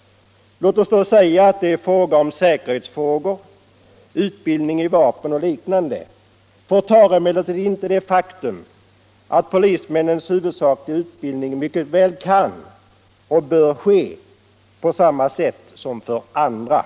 — låt oss säga att det är fråga om säkerhetsfrågor, utbildning beträffande vapen och liknande — förtar emellertid inte det faktum att polismännens huvudsakliga utbildning mycket väl kan och bör ske på samma sätt som för andra.